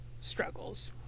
struggles